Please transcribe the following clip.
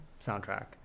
soundtrack